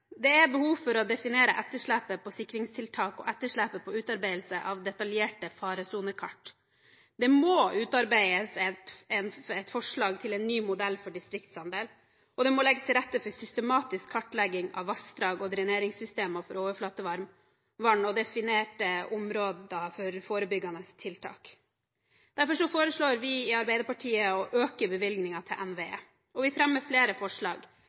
Det er behov for å definere etterslepet på sikringstiltak og etterslepet på utarbeidelse av detaljerte faresonekart. Det må utarbeides et forslag til en ny modell for distriktsandel, og det må legges til rette for systematisk kartlegging av vassdrag og dreneringssystemer for overflatevann og definering av behovet for forebyggende tiltak. Derfor foreslår vi i Arbeiderpartiet å øke bevilgningen til NVE og fremmer flere forslag